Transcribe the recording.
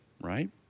right